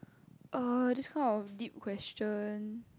err this kind of deep question